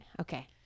Okay